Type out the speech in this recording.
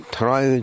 try